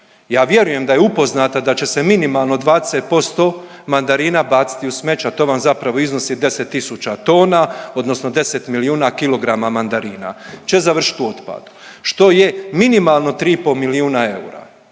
Ja vjerujem da je upoznata da će se minimalno 20% mandarina baciti u smeće, a to vam zapravo iznosi 10 tisuća tona odnosno 10 milijuna kilograma mandarina će završiti u otpadu što je minimalno 3,5 milijuna eura.